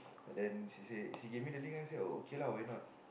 and then she say she give me the link oh okay why not